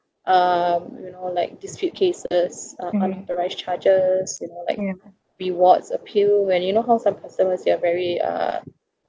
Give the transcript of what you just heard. um you know like dispute cases uh unauthorised charges you know like rewards appeal when you know how some customers they are very uh